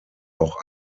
auch